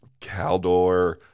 Caldor